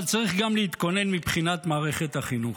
אבל צריך גם להתכונן מבחינת מערכת החינוך.